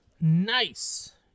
nice